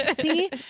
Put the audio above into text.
See